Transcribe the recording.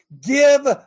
give